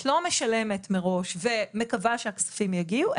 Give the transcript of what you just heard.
את לא משלמת מראש ומקווה שהכספים יגיעו,